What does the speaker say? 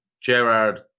Gerard